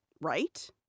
right